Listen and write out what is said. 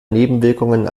nebenwirkungen